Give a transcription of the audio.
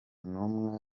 n’umwe